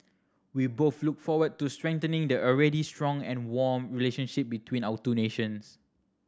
we both look forward to strengthening the already strong and warm relationship between our two nations